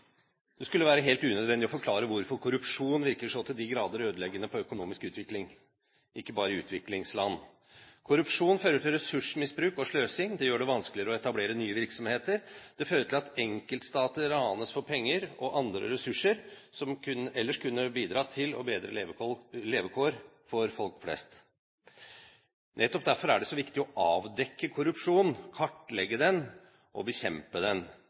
Det skulle være helt unødvendig å forklare hvorfor korrupsjon virker så til de grader ødeleggende på økonomisk utvikling, ikke bare i utviklingsland. Korrupsjon fører til ressursmisbruk og sløsing, det gjør det vanskelig å etablere nye virksomheter, det fører til at enkeltstater ranes for penger og andre ressurser som ellers kunne bidratt til bedre levekår for folk flest. Nettopp derfor er det så viktig å avdekke korrupsjon, kartlegge den og bekjempe den.